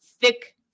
thick